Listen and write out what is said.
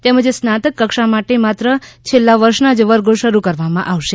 તેમજ સ્નાતક કક્ષા માટે માત્ર છેલ્લા વર્ષના જ વર્ગો શરૂ કરવામાં આવશે